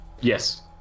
Yes